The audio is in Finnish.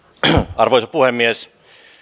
arvoisa puhemies